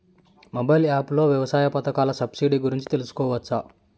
Mobile app లో వ్యవసాయ పథకాల సబ్సిడి గురించి తెలుసుకోవచ్చా?